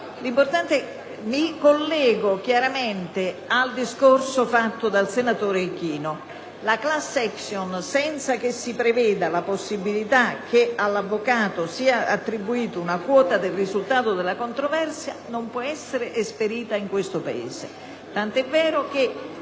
collegarmi al discorso del senatore Ichino. La *class action*, senza che si preveda la possibilità che all'avvocato sia attribuita una quota del risultato della controversia, non può essere esperita in questo Paese,